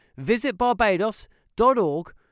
visitbarbados.org